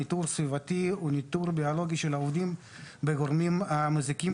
ניטור סביבתי הוא ניטור ביולוגי של העובדים בגורמים מזיקים,